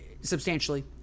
substantially